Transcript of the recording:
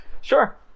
Sure